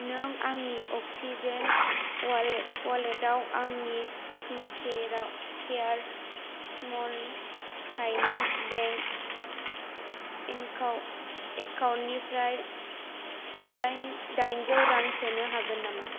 नों आंनि अक्सिजेन अवालेटाव आंनि फिनकेयार स्मल फाइनान्स बेंक एकाउन्टनिफ्राय दाइनजौ रां सोनो हागोन नामा